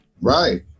Right